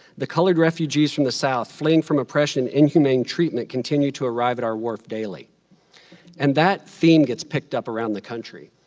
the colored refugees from the south fleeing from oppression and inhumane treatment continue to arrive at our wharf daily and that theme gets picked up around the country.